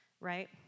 right